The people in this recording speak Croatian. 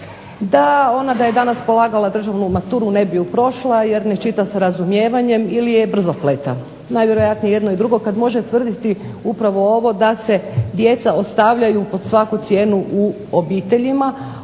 da ona da je danas polagala državnu maturu ne bi ju prošla jer ne čita s razumijevanjem ili je brzopleta. Najvjerojatnije jedno i drugo kad može tvrditi upravo ovo da se djeca ostavljaju pod svaku cijenu u obiteljima,